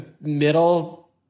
middle